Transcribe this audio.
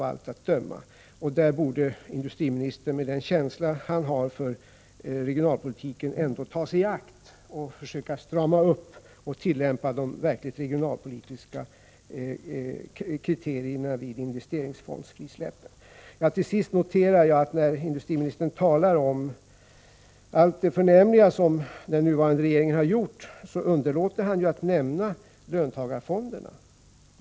Med den känsla som industriministern har för regionalpolitiken borde han ta sig i akt och försöka strama upp det hela och tillämpa de verkligt regionalpolitiska kriterierna vid investeringsfondsfrisläppen. Till sist noterar jag, att när industriministern talar om allt det förnämliga som den nuvarande regeringen har gjort, underlåter han att nämna löntagarfonderna.